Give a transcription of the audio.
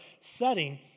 setting